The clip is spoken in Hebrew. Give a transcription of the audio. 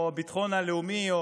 או הביטחון הלאומי,